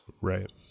Right